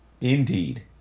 indeed